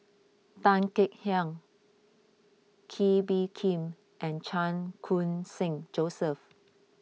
Tan Kek Hiang Kee Bee Khim and Chan Khun Sing Joseph